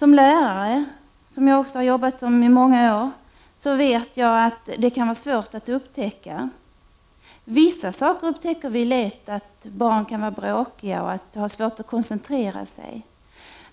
Jag har i många år varit lärare och vet att det kan vara svårt att upptäcka tecken på problem. Vi kan iaktta att barn är bråkiga och har svårt att koncentrera sig.